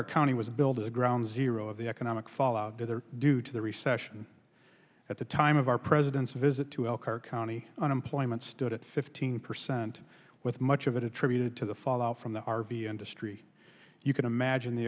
ok county was build a ground zero of the economic fallout there due to the recession at the time of our president's visit to elkhart county unemployment stood at fifteen percent with much of it attributed to the fall out from the r v industry you can imagine the